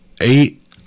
eight